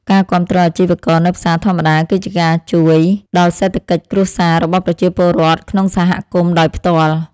ការគាំទ្រអាជីវករនៅផ្សារធម្មតាគឺជាការជួយដល់សេដ្ឋកិច្ចគ្រួសាររបស់ប្រជាពលរដ្ឋក្នុងសហគមន៍ដោយផ្ទាល់។